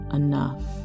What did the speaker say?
enough